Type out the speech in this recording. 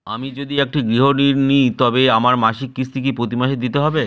আমি যদি একটি গৃহঋণ নিই তবে আমার মাসিক কিস্তি কি প্রতি মাসে দিতে হবে?